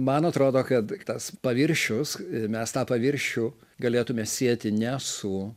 man atrodo kad tas paviršius mes tą paviršių galėtume sieti ne su